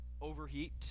Overheat